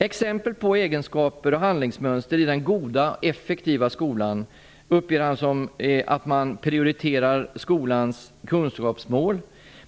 Exempel på egenskaper och handlingsmönster i den goda, effektiva skolan uppger han vara att man prioriterar skolans kunskapsmål.